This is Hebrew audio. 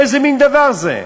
איזה מין דבר זה?